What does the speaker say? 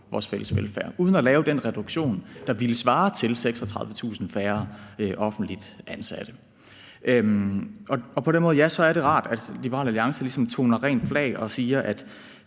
uden at lave den reduktion, der ville svare til 36.000 færre offentligt ansatte. På en måde er det rart, at Liberal Alliance ligesom toner rent flag og siger,